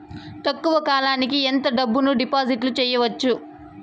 తక్కువ కాలానికి ఎంత డబ్బును డిపాజిట్లు చేయొచ్చు?